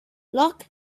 lock